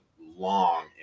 long